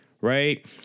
Right